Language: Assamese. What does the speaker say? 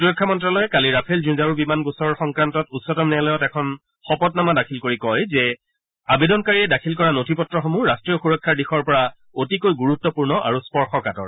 প্ৰতিৰক্ষা মন্ত্ৰালয়ে কালি ৰাফেল যুঁজাৰু বিমান গোচৰ সংক্ৰান্তত উচ্চতম ন্যায়ালয়ত এখন শপতনামা দাখিল কৰি কয় যে আবেদনকাৰীয়ে দাখিল কৰা নথি পত্ৰসমূহ ৰাষ্ট্ৰীয় সুৰক্ষাৰ দিশৰ পৰা অতিকে গুৰুত্পূৰ্ণ আৰু স্পৰ্শকাতৰ